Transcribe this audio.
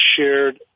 shared